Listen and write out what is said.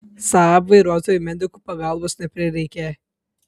saab vairuotojai medikų pagalbos neprireikė